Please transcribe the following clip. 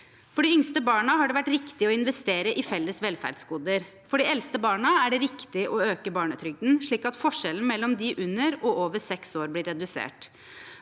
For de yngste barna har det vært riktig å investere i felles velferdsgoder. For de eldste barna er det riktig å øke barnetrygden, slik at forskjellen mellom de under og over seks år blir redusert.